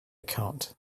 account